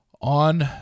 on